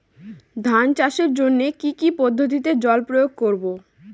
ধান চাষের জন্যে কি কী পদ্ধতিতে জল প্রয়োগ করব?